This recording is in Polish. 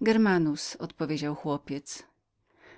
germanus odpowiedział chłopiec